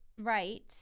right